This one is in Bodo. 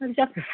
मारैजाखो